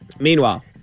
Meanwhile